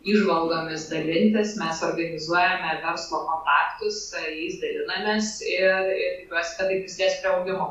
įžvalgomis dalintis mes organizuojame verslo kontaktus tai jais dalinamės ir ir tikuosi kad tai prisidės prie augimo